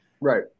right